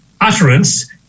utterance